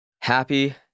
Happy